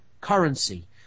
currency